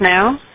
now